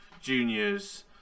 Juniors